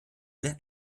stelle